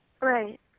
right